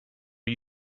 are